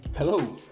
Hello